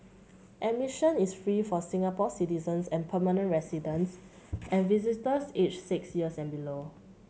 admission is free for Singapore citizens and permanent residents and visitors aged six years and below